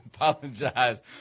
apologize